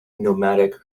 nomadic